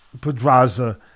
Pedraza